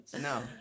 no